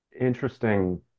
interesting